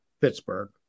Pittsburgh